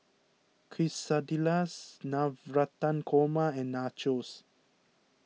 Quesadillas Navratan Korma and Nachos